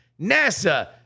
NASA